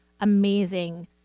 amazing